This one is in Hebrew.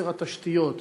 חוסר התשתיות,